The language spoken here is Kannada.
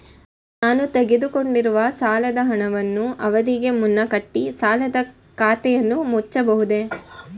ನಾನು ತೆಗೆದುಕೊಂಡಿರುವ ಸಾಲದ ಹಣವನ್ನು ಅವಧಿಗೆ ಮುನ್ನ ಕಟ್ಟಿ ಸಾಲದ ಖಾತೆಯನ್ನು ಮುಚ್ಚಬಹುದೇ?